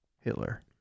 Hitler